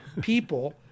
people